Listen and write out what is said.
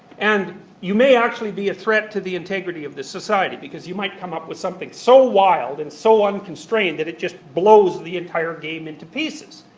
and you may actually be a threat to the integrity of the society, because you might come up with something so wild and so unconstrained that it just blows the entire game into pieces.